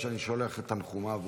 שאני שולח אליו תנחומים,